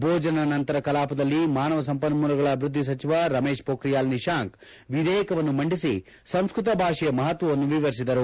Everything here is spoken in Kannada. ಭೋಜನ ನಂತರದ ಕಲಾಪದಲ್ಲಿ ಮಾನವ ಸಂಪನ್ಮೂಲಗಳ ಅಭಿವೃದ್ಧಿ ಸಚಿವ ರಮೇಶ್ ಮೋಖ್ರಿಯಾಲ್ ನಿಶಾಂಕ್ ವಿಧೇಯಕವನ್ನು ಮಂಡಿಸಿ ಸಂಸ್ಕತ ಭಾಷೆಯ ಮಪತ್ವವನ್ನು ವಿವರಿಸಿದರು